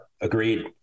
agreed